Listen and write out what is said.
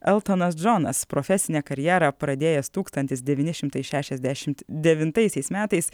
eltonas džonas profesinę karjerą pradėjęs tūkstantis devyni šimtai šešiasdešimt devintaisiais metais